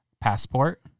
passport